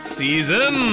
season